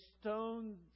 stone